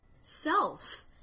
self